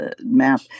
map